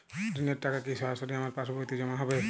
ঋণের টাকা কি সরাসরি আমার পাসবইতে জমা হবে?